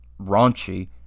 raunchy